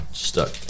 Stuck